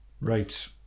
Right